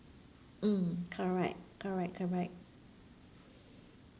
mm correct correct correct